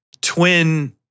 twin